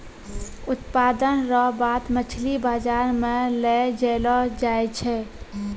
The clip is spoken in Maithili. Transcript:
उत्पादन रो बाद मछली बाजार मे लै जैलो जाय छै